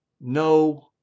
No